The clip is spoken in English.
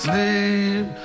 Sleep